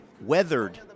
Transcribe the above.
weathered